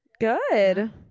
Good